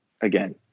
again